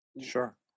sure